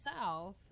south